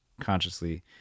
consciously